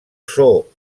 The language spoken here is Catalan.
zoo